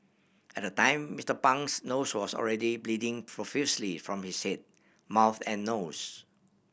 at the time Mister Pang's nose was already bleeding profusely from his head mouth and nose